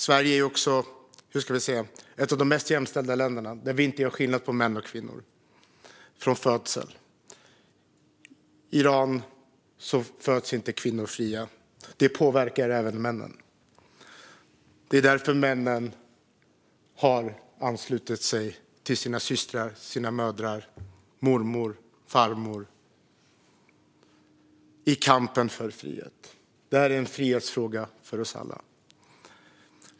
Sverige är ett av de mest jämställda länderna. Här gör vi inte skillnad på män och kvinnor från födseln. I Iran föds inte kvinnor fria, och detta påverkar även männen. Det är därför männen har anslutit sig till sina systrar, sina mödrar och sina mor och farmödrar i kampen för frihet. Detta är en frihetsfråga för oss alla.